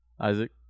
Isaac